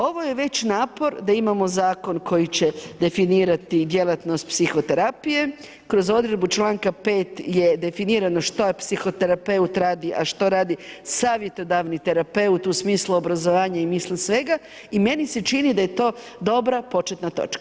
Ovo je već napor da imamo zakon koji će definirati djelatnost psihoterapije kroz odredbu članka 5. je definirano što psihoterapeut radi a što radi savjetodavni terapeut u smislu obrazovanja i misli svega i meni se čini da je to dobra početna točka.